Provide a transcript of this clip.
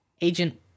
agent